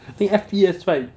I think F_P_S right